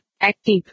Active